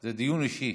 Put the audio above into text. זה דיון אישי.